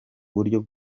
buryo